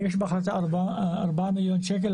יש בהחלטה 4 מיליון שקל.